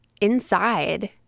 inside